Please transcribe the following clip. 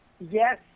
yes